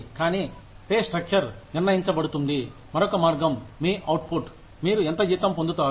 కానీ pay structure నిర్ణయించబడుతుంది మరొక మార్గం మీ అవుట్ ఫుట్ మీరు ఎంత జీతం పొందుతారు